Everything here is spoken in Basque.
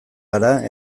gara